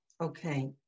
okay